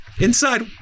inside